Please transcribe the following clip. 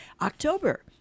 October